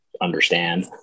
understand